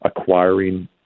acquiring